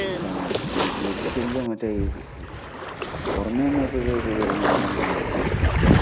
ഒപ്പിക്കാം എലി ശല്യം മറ്റേ ഈ പുറമേ നിന്ന് ഒരു ഒരു ഇത് വരുന്നതാണ് പ്രശ്നമാക്കുന്നത്